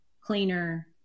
cleaner